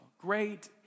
great